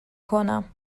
کنم